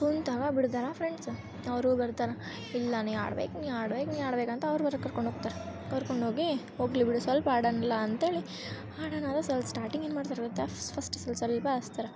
ಕುಂತಾವ ಬಿಡ್ತಾರಾ ಫ್ರೆಂಡ್ಸ ಅವರೂ ಬರ್ತಾರೆ ಇಲ್ಲ ನೀ ಆಡ್ಬೇಕು ನೀ ಆಡ್ಬೇಕು ನೀ ಆಡ್ಬೇಕು ಅಂತ ಅವ್ರು ಹೊರಗೆ ಕರ್ಕೊಂಡು ಹೋಗ್ತಾರೆ ಕರ್ಕೊಂಡೋಗಿ ಹೋಗಲಿ ಬಿಡು ಸಲ್ಪ ಆಡಣಲ್ಲ ಅಂತ್ಹೇಳಿ ಆಡನಲ ಸಲ್ ಸ್ಟಾಟಿಂಗ್ ಏನು ಮಾಡ್ತಾರೆ ಗೊತ್ತಾ ಫಸ್ಟ್ ಸ್ವಲ್ ಸ್ವಲ್ಪ ಹಸ್ತಾರ